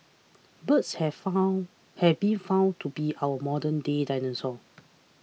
birds have found have been found to be our modern day dinosaurs